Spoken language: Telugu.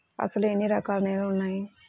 అసలు ఎన్ని రకాల నేలలు వున్నాయి?